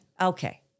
okay